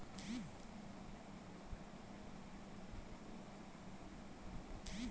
ভারতে অলেক পজাতির মমাছির চাষ হ্যয় যেমল রক বি, ইলডিয়াল বি ইত্যাদি